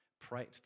Pray